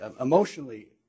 emotionally